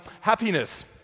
happiness